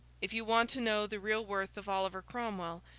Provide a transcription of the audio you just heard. if you want to know the real worth of oliver cromwell,